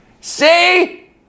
See